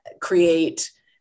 create